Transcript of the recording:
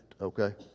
okay